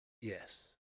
Yes